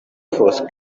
force